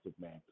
man